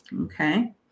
Okay